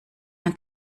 ein